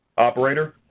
operator.